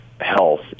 health